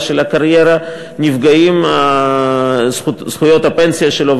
הקטיעה של הקריירה, נפגעות זכויות הפנסיה שלו.